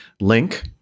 link